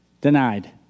denied